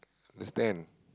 understand